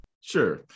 Sure